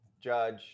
Judge